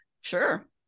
sure